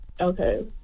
Okay